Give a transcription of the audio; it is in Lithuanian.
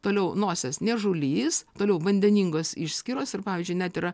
toliau nosies niežulys toliau vandeningos išskyros ir pavyzdžiui net yra